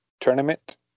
Tournament